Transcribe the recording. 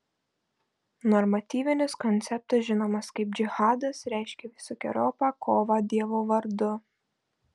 normatyvinis konceptas žinomas kaip džihadas reiškia visokeriopą kovą dievo vardu